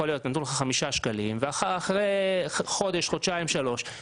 יכול להיות שנתנו לך חמישה שקלים ואחרי חודש-חודשיים או שלושה חודשים